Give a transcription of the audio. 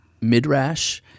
Midrash